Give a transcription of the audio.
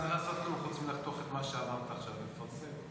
לחתוך את מה שאמרת עכשיו ולפרסם.